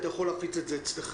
אתה יכול להפיץ את זה אצלכם,